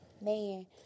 Man